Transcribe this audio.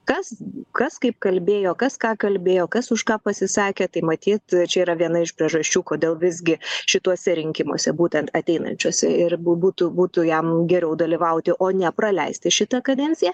kas kas kaip kalbėjo kas ką kalbėjo kas už ką pasisakė tai matyt čia yra viena iš priežasčių kodėl visgi šituose rinkimuose būtent ateinančiose ir būtų būtų jam geriau dalyvauti o ne praleisti šitą kadenciją